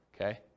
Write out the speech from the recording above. okay